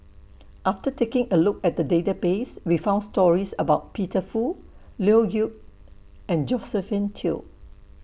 after taking A Look At The Database We found stories about Peter Fu Leo Yip and Josephine Teo